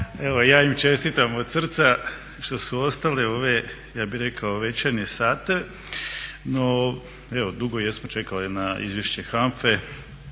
Hvala